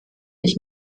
ich